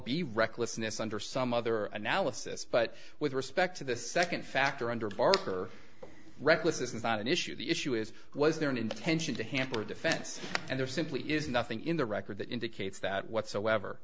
be recklessness under some other analysis but with respect to the second factor under barker recklessness is not an issue the issue is was there an intention to hamper defense and there simply is nothing in the record that indicates that whatsoever